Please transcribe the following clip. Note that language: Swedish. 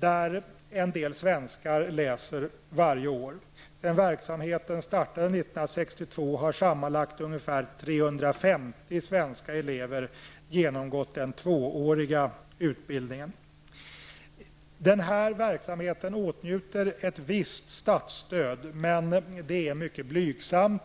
där en del svenskar läser varje år. Sedan verksamheten startade 1962 har sammanlagt ca 350 svenska elever genomgått den tvååriga utbildningen. Denna verksamhet åtnjuter ett visst statsstöd, men det är mycket blygsamt.